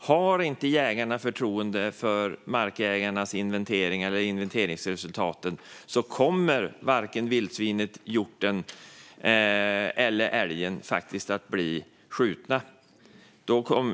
Om jägarna inte har förtroende för markägarnas inventering eller inventeringsresultaten kommer varken vildsvinet, hjorten eller älgen att skjutas.